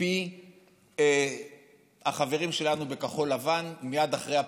מפי החברים שלנו בכחול לבן מייד אחרי הפירוק?